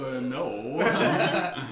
no